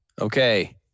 Okay